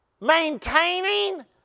maintaining